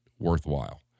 worthwhile